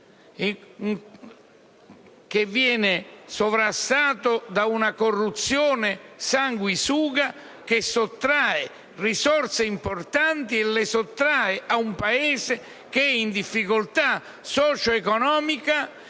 che viene sovrastato da una corruzione sanguisuga, che sottrae risorse importanti ad un Paese che è in difficoltà socioeconomica,